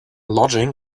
lodging